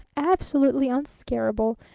absolutely unscarable,